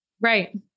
Right